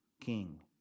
king